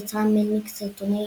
יצרה מלניק סרטוני